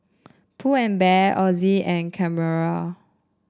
Pull and Bear Ozi and Carrera